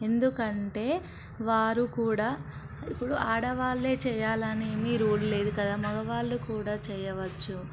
ఎందుకంటే వారు కూడా ఇప్పుడు ఆడవాళ్లే చేయాలని ఏమీ రూల్ లేదు కదా మగవాళ్ళు కూడా చేయవచ్చు